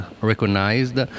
recognized